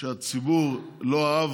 שהציבור לא אהב,